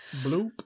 bloop